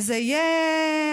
וזה יהיה,